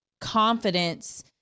confidence